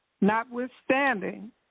notwithstanding